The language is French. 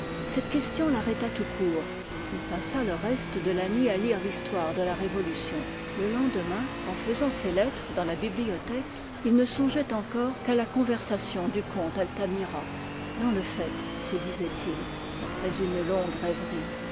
cette question l'arrêta tout court il passa le reste de la nuit à lire l'histoire de la révolution le lendemain en faisant ses lettres dans la bibliothèque il ne songeait encore qu'à la conversation du comte altamira dans le fait se disait-il après une longue rêverie